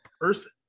person